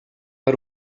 per